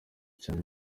cyane